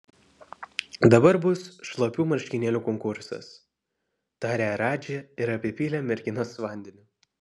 dabar bus šlapių marškinėlių konkursas tarė radži ir apipylė merginas vandeniu